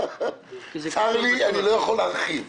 צר לי, אני לא יכול להרחיב.